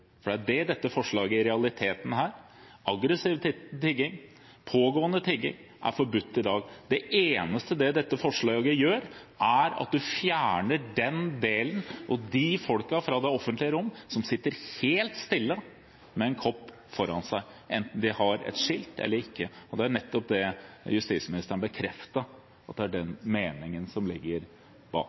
for det er det dette forslaget i realiteten betyr. Aggressiv tigging, pågående tigging er forbudt i dag. Det eneste dette forslaget vil medføre, er at man fjerner de folkene som sitter helt stille med en kopp foran seg, enten de har et skilt eller ikke, fra det offentlige rom. Det er nettopp det justisministeren bekreftet, at det er den meningen som ligger bak.